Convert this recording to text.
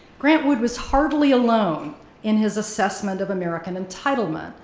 grant wood was hardly alone in his assessment of american entitlement,